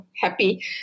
happy